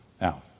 Now